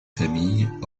familles